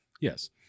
Yes